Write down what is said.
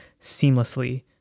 seamlessly